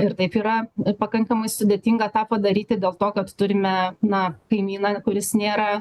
ir taip yra pakankamai sudėtinga tą padaryti dėl to kad turime na kaimyną kuris nėra